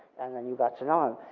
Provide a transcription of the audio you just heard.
and then you got to know him.